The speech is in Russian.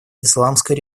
исламской